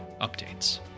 updates